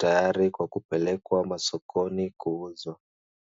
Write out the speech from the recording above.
tayari kwa kupelekwa masokoni kuuzwa.